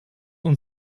und